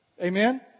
Amen